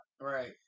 Right